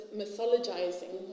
mythologizing